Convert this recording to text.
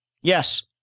Yes